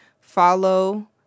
Follow